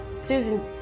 Susan